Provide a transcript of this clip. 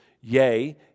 yea